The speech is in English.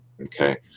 okay